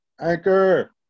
anchor